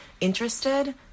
interested